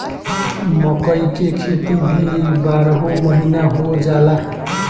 मकई के खेती भी बारहो महिना हो जाला